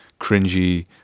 cringy